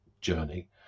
journey